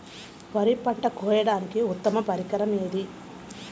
వరి పంట కోయడానికి ఉత్తమ పరికరం ఏది?